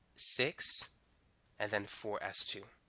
six and then four s two